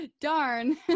Darn